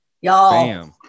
Y'all